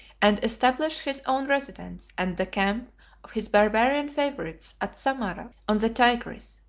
and establish his own residence and the camp of his barbarian favorites at samara on the tigris,